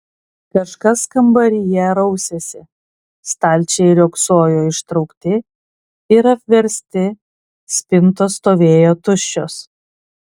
kažkas kambaryje rausėsi stalčiai riogsojo ištraukti ir apversti spintos stovėjo tuščios